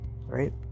right